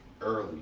Early